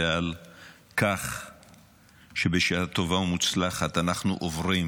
ועל-כך שבשעה טובה ומוצלחת אנחנו עוברים